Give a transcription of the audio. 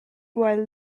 while